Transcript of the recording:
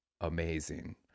amazing